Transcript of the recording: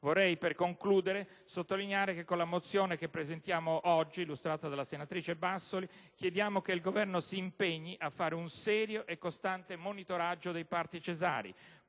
Per concludere, vorrei sottolineare che con la mozione che presentiamo oggi, illustrata dalla senatrice Bassoli, chiediamo che il Governo si impegni a fare un serio e costante monitoraggio dei parti cesarei,